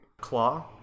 claw